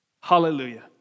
Hallelujah